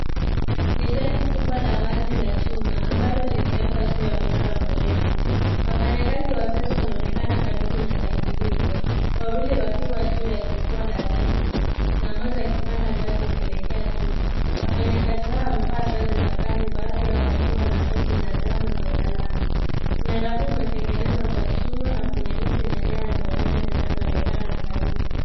Ni tenki kubwa lamaji la chuma ambalo limeekwa juu ya mnara mrafu. Wafanyakazi watatu wanaonekana karibu na tanki hilo wawili wakiwa juu yajukwa la tanki na mmoja akipanda ngazi kuelekea juu wafanyakazi hawa wamevaa sare za kazi baadhi yao wakiwa n akoti za njano za usalama. Mnara huu umetengenezwa kwa chuma na kuna miti na nyaya za mawe zinazoonekana karibu.